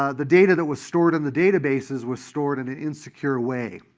ah the data that was stored in the databases was stored in an insecure way.